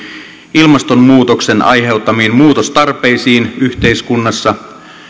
ilmastonmuutoksen aiheuttamiin muutostarpeisiin yhteiskunnassa